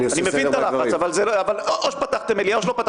אני מבין את הלחץ אבל או שפתחתם מליאה או לא.